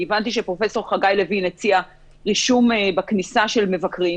אני הבנתי שפרופ' חגי לוין הציע רישום של מבקרים בכניסה.